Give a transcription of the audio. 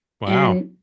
Wow